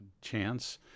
chance